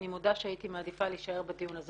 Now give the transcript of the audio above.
אני מודה שהייתי מעדיפה להישאר בדיון הזה